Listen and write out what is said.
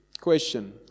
Question